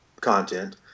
content